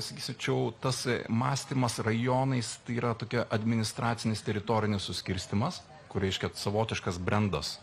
sakysim čia jau tas mąstymas rajonais yra tokia administracinis teritorinis suskirstymas kur reiškia savotiškas brendas